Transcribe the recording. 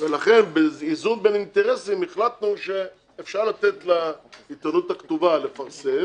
ולכן באיזון בין אינטרסים החלטנו שאפשר לתת לעיתונות הכתובה לפרסם